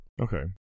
Okay